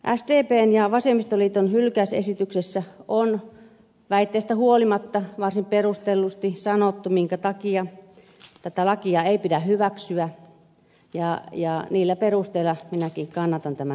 sdpn ja vasemmistoliiton hylkäysesityksessä on väitteistä huolimatta varsin perustellusti sanottu minkä takia tätä lakia ei pidä hyväksyä ja niillä perusteilla minäkin kannatan tämän hylkäämistä